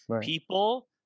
People